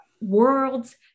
worlds